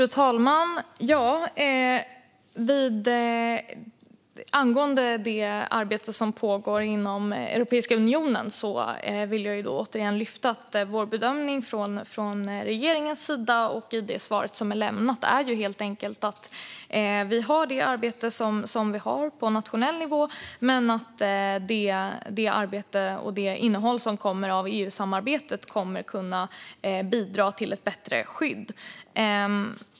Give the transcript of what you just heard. Fru talman! Angående det arbete som pågår inom Europeiska unionen vill jag återigen säga att vår bedömning från regeringens sida, och som sades i interpellationssvaret, är att vi har vårt arbete på nationell nivå, men att det arbete och innehåll som kommer av EU-samarbetet kommer att kunna bidra till ett bättre skydd.